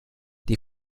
die